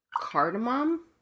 Cardamom